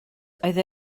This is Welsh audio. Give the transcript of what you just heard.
oedd